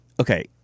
Okay